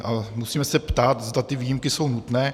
A musíme se ptát, zda ty výjimky jsou nutné.